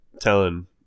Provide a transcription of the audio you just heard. telling